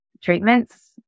treatments